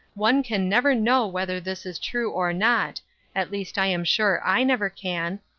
one can never know whether this is true or not at least i am sure i never can.